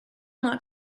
not